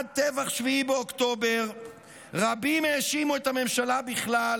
עד טבח 7 באוקטובר רבים האשימו את הממשלה בכלל